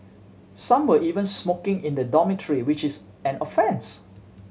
some were even smoking in the dormitory which is an offence